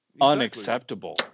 unacceptable